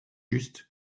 juste